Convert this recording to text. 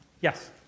Yes